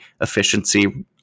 efficiency